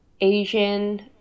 Asian